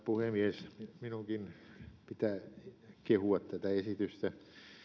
puhemies minunkin pitää kehua tätä esitystä